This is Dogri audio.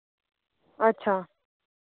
अच्छा